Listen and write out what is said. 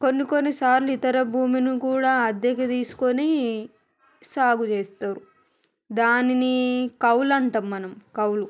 కొన్ని కొన్ని సార్లు ఇతర భూమిని కూడా అద్దెకు తీసుకుని సాగుచేస్తారు దానిని కౌలు అంటాం మనం కౌలు